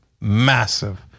massive